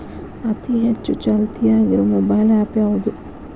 ಅತಿ ಹೆಚ್ಚ ಚಾಲ್ತಿಯಾಗ ಇರು ಮೊಬೈಲ್ ಆ್ಯಪ್ ಯಾವುದು?